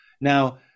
Now